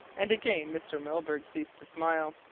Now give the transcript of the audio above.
and again mr. milburgh ceased to smile,